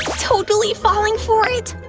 totally falling for it!